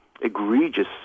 egregious